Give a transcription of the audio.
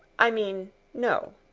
i mean no.